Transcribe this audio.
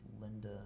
Linda